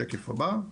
(שקף: סיכום).